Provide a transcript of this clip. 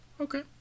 okay